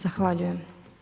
Zahvaljujem.